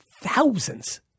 thousands